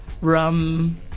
rum